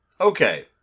okay